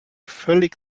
völlig